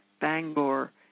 Bangor